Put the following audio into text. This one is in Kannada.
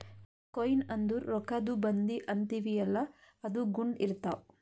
ಕೊಯ್ನ್ ಅಂದುರ್ ರೊಕ್ಕಾದು ಬಂದಿ ಅಂತೀವಿಯಲ್ಲ ಅದು ಗುಂಡ್ ಇರ್ತಾವ್